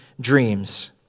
dreams